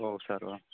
औ सार औ